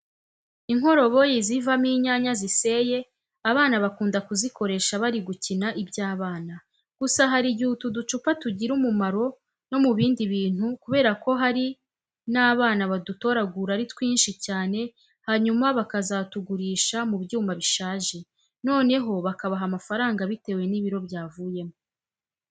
Inkoroboyi zivamo inyanya ziseye abana bakunda kuzikoresha bari gukina iby'abana. Gusa hari igihe utu ducupa tugira umumaro no mu bindi bintu kubera ko hari n'abana badutoragura ari twinshi cyane hanyuma bakazatugurisha mu byuma bishaje, noneho bakabaha amafafaranga bitewe n'ibiro byavuyemo.